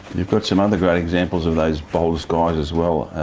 you've got some other great examples of those bold skies as well.